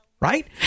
right